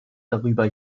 darüber